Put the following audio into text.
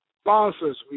sponsors